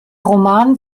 roman